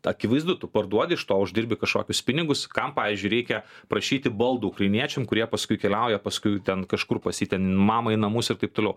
akivaizdu tu parduodi iš to uždirbi kažkokius pinigus kam pavyzdžiui reikia prašyti baldų ukrainiečiam kurie paskui keliauja paskui ten kažkur pas jį ten mamai namus ir taip toliau